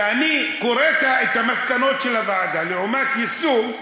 אני קורא את המסקנות של הוועדה לעומת יישום,